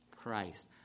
Christ